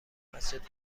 مسجد